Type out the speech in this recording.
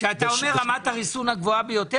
כשאתה אומר "רמת הריסון הגבוהה ביותר",